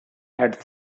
had